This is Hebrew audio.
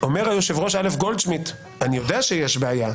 אומר היושב-ראש א' גולדשמידט: אני יודע שיש בעיה,